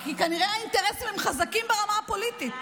כי כנראה האינטרסים חזקים ברמה הפוליטית,